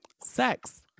sex